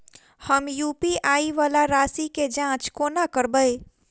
हम यु.पी.आई वला राशि केँ जाँच कोना करबै?